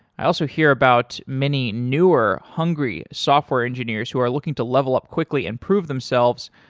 i also hear about many newer hungry software engineers who are looking to level up quickly and prove themselves,